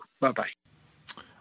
Bye-bye